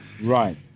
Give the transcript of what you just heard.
Right